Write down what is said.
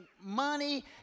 money